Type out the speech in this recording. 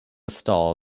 stall